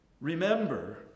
remember